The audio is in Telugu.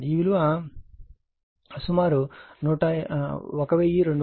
ఈ విలువ సుమారు 1273